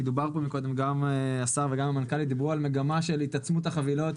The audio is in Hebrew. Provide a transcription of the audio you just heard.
כי גם השר וגם המנכ"לית דיברו על מגמה של התעצמות החבילות.